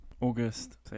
august